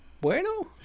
bueno